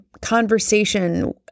conversation